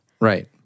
Right